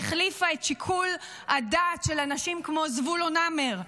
החליפה את שיקול הדעת של אנשים כמו זבולון המר?